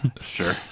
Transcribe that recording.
Sure